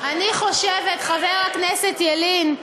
אני חושבת, חבר הכנסת ילין,